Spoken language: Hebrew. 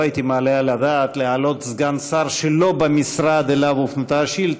לא הייתי מעלה על הדעת להעלות סגן שר שלא במשרד שאליו הופנתה השאילתה.